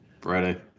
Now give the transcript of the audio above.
Friday